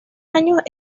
años